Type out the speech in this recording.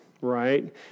right